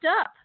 up